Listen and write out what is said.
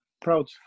proud